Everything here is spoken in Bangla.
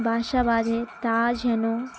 বাসা বাঁধে তা যেন